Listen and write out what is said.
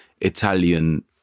Italian